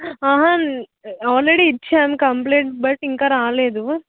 already ఇచ్చాను complaint but ఇంకా రాలేదు